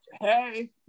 hey